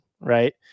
right